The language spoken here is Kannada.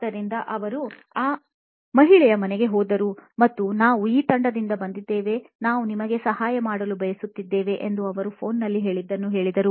ಆದ್ದರಿಂದ ಅವರು ಈ ಮಹಿಳೆಯ ಮನೆಗೆ ಹೋದರು ಮತ್ತು ನಾವು ಈ ತಂಡದಿಂದ ಬಂದಿದ್ದೇವೆ ಮತ್ತು ನಾವು ನಿಮಗೆ ಸಹಾಯ ಮಾಡಲು ಬಯಸುತ್ತೇವೆ ಎಂದು ಅವರು ಫೋನ್ನಲ್ಲಿ ಹೇಳಿದ್ದನ್ನು ಹೇಳಿದರು